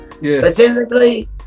physically